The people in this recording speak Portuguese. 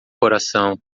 coração